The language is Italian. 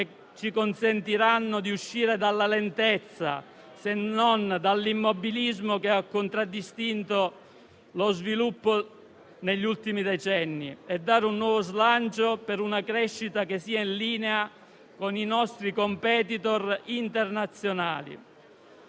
ci consentiranno di uscire dalla lentezza, se non dall'immobilismo, che ha contraddistinto lo sviluppo negli ultimi decenni, e dare un nuovo slancio per una crescita in linea con i nostri *competitor* internazionali.